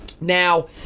Now